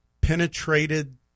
penetrated